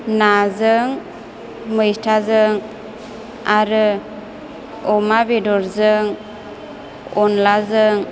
नाजों मैथाजों आरो अमा बेदरजों अनलाजों